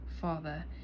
Father